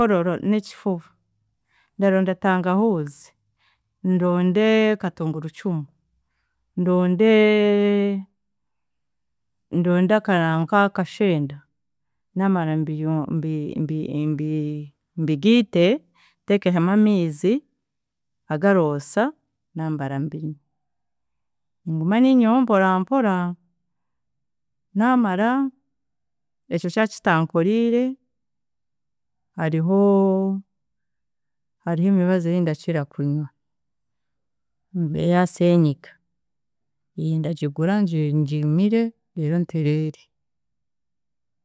Orukorora n’ekifuba ndaronda entangahuzi, ndonde katungurucumu, ndonde ndonde akananka akashenda namara mbiyo mbi- mbi- mbigiite nteekemu amiizi agaroosa naamara mbinywe, ninguma niinywaho mporampora, naamara ekyo kyakintankorire hariho hariho emibazi yindakira kunywa eyaseenyiga, ndagigura ngi- ngimire reero ntereere.